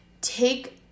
take